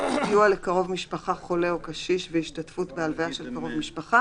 סיוע לקרוב משפחה חולה או קשיש והשתתפות בהלוויה של קרוב משפחה,